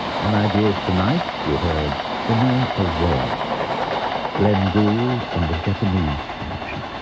on ideas tonight, you heard inner awareness glenn gould and the japanese connection.